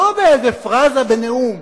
לא באיזו פראזה בנאום,